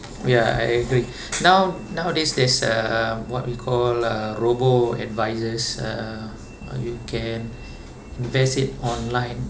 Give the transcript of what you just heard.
ya I agree now nowadays there's uh what we call uh robo-advisors uh you can invest it online